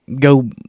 go